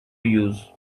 use